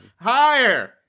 Higher